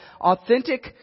authentic